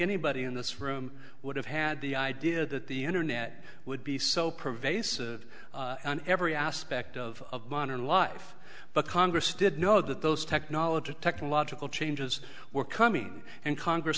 anybody in this room would have had the idea that the internet would be so pervasive in every aspect of modern life but congress did know that those technology technological changes were coming and congress